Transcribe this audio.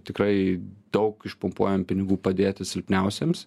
tikrai daug išpumpuojam pinigų padėti silpniausiems